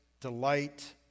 delight